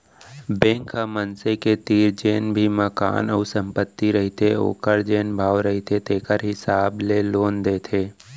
bank ह मनसे के तीर म जेन भी मकान अउ संपत्ति रहिथे ओखर जेन भाव रहिथे तेखर हिसाब ले लोन देथे